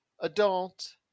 adult